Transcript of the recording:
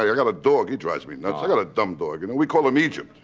yeah got a dog he drives me nuts. i've got a dumb dog. and we call him egypt,